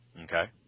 Okay